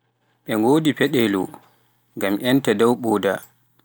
ɓe ngodi feɗelo ngma enta dow ɓoda.